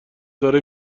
داره